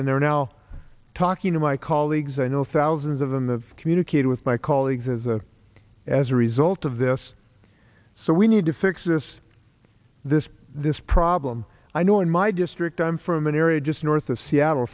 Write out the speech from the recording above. and they're now talking to my colleagues i know thousands of them to communicate with my call the league has a as a result of this so we need to fix this this this problem i know in my district i'm from an area just north of seattle